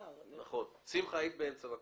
שמחה היית באמצע.